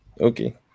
Okay